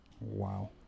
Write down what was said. Wow